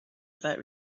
about